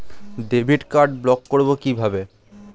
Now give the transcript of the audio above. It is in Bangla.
ডেবিট কার্ড ব্লক করব কিভাবে?